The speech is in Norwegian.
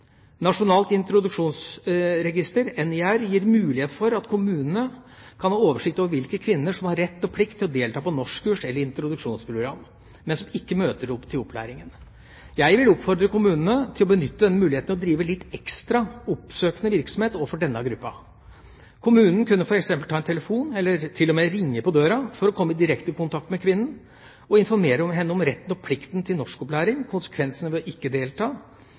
Nasjonalt introduksjonsregister, NIR, gir mulighet for at kommunene kan ha oversikt over hvilke kvinner som har rett og plikt til å delta på norskkurs eller introduksjonsprogram, men som ikke møter opp til opplæringen. Jeg vil oppfordre kommunene til å benytte denne muligheten til å drive litt ekstra oppsøkende virksomhet overfor denne gruppen. Kommunen kunne f.eks. ta en telefon, eller til og med ringe på døra, for å komme i direkte kontakt med kvinnen og informere henne om retten og plikten til norskopplæring, konsekvensene ved ikke å delta og spørre hvorfor hun ikke